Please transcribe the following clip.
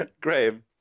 Graham